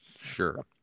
Sure